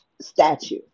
statue